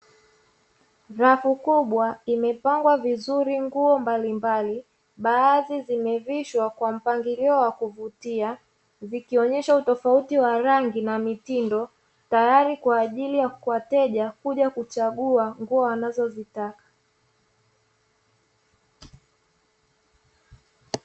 Rafu kubwa imepangwa vizuri nguo mbalimbali, baadhi zimevishwa kwa mpangilio wa kuvutia vikionyesha utofauti wa rangi na mitindo tayari kwa ajili ya wateja kuja kuchagua nguo anazozitaka